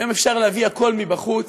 היום אפשר להביא הכול מבחוץ.